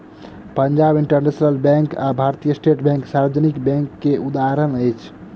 Punjab national bank आ भारतीय state bank सार्वजनिक बैंक के उदाहरण अछि